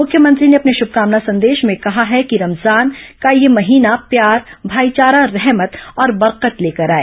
मुख्यमंत्री ने अपने शुभकामना संदेश में कहा है कि रमजान का यह महीना प्यार भाईचारा रहमत और बरकत लेकर आए